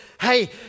hey